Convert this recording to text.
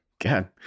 God